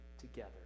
together